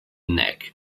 neck